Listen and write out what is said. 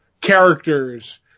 characters